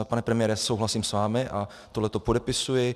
Pane premiére, souhlasím s vámi a tohleto podepisuji.